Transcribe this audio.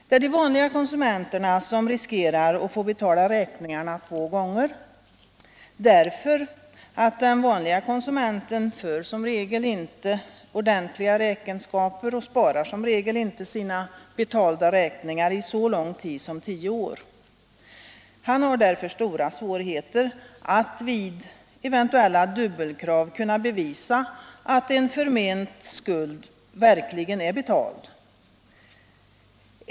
Det är de vanliga konsumenterna som riskerar att få betala räkningar två gånger, eftersom de som regel inte för ordentliga räkenskaper och vanligen inte sparar sina betalda räkningar i så lång tid som tio år. De har därför stora svårigheter att vid eventuella dubbelkrav kunna visa att en förment skuld verkligen är betald.